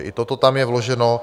I toto tam je vloženo.